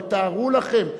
אבל תארו לכם,